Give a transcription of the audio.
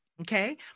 Okay